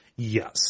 Yes